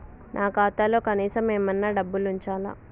నా ఖాతాలో కనీసం ఏమన్నా డబ్బులు ఉంచాలా?